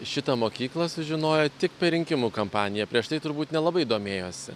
šitą mokyklą sužinojo tik per rinkimų kampaniją prieš tai turbūt nelabai domėjosi